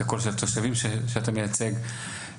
את הקול של התושבים שאתה מייצג,